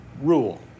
rule